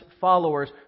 followers